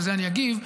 ולזה תכף אגיב,